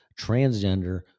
transgender